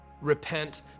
Repent